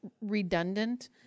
redundant